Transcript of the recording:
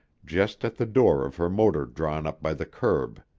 just at the door of her motor drawn up by the curb.